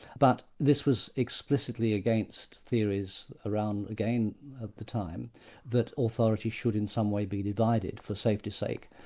but this was explicitly against theories around again at the time that authority should in some way be divided for safety's sake.